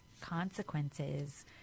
consequences